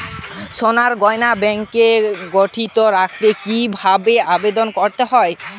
সোনার গহনা ব্যাংকে গচ্ছিত রাখতে কি ভাবে আবেদন করতে হয়?